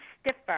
stiffer